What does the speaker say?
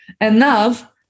enough